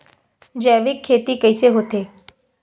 जैविक खेती कइसे होथे?